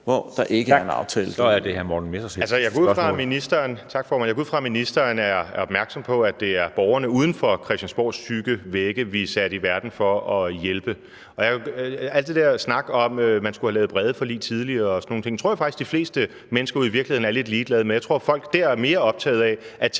hvor der ikke er en aftale.